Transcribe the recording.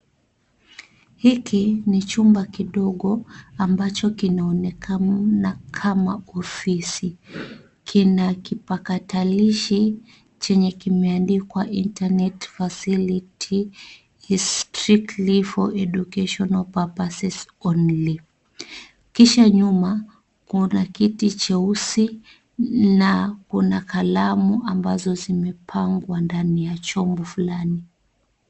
Hiki ni chumba kidogo ambacho kinaonekana kama ofisi. Kina kipakatalishi ambacho kimeandikwa (cs) internet facility is strictly for educational purposes only (cs) kisha nyuma kuna kiti na kuna kalamu ambazo zimepangwa ndani ya chombo fulani.